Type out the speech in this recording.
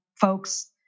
folks